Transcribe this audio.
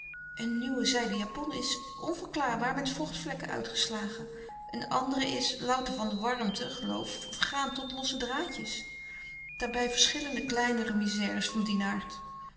een nieuwe zijden japon is onverklaarbaar met vochtvlekken uitgeslagen een andere is louter van de warmte geloof vergaan tot losse draadjes daarbij verschillende kleinere misères van dien aard